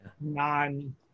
non